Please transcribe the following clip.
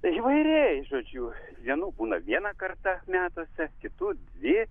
įvairiai žodžiu vienų būna vieną kartą metuose kitų dvi